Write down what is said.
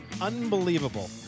Unbelievable